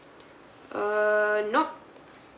uh nope